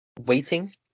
waiting